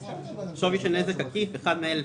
"שווי של נזק עקיף" אחד מאלה,